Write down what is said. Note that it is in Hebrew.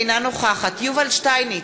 אינה נוכחת יובל שטייניץ,